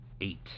eight